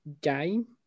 game